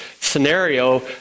scenario